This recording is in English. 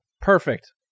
Perfect